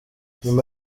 nyuma